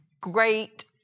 great